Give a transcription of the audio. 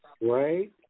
right